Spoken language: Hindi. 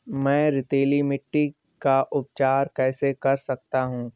मैं रेतीली मिट्टी का उपचार कैसे कर सकता हूँ?